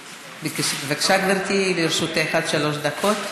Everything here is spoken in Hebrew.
בבקשה, גברתי, לרשותך עד שלוש דקות.